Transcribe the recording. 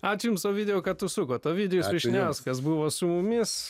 ačiū jums ovidijau kad užsukot ovidijus vyšniauskas buvo su mumis